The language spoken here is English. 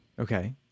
Okay